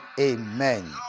amen